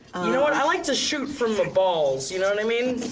you know what, i like to shoot from the balls, you know what i mean?